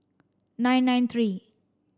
nine nine three